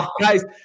Guys